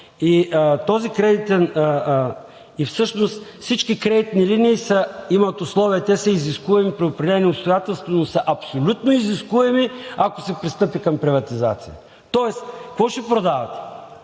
и всъщност всички кредитни линии имат условия, а те са изискуеми при определени обстоятелства, но са абсолютно изискуеми, а ако се пристъпи към приватизация, тоест какво ще продавате.